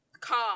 calm